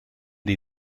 die